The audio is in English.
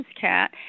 cat